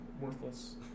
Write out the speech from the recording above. worthless